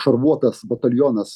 šarvuotas batalionas